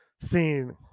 seen